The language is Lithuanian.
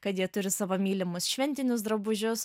kad jie turi savo mylimus šventinius drabužius